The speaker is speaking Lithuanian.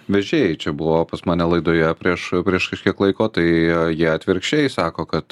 vežėjai čia buvo pas mane laidoje prieš prieš kažkiek laiko tai jie atvirkščiai sako kad